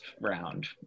round